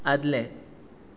आदलें